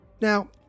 Now